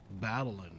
battling